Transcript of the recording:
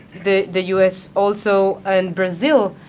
the the us also and brazil,